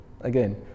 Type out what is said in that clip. again